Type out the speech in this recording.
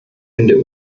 der